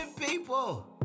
people